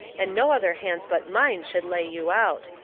and no other hands but mine should lay you out.